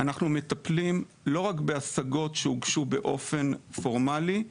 מטפלים לא רק בהשגות שהוגשו באופן פורמלי,